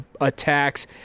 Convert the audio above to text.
attacks